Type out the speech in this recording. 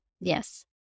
Yes